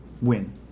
Win